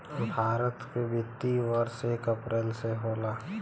भारत के वित्तीय वर्ष एक अप्रैल से होला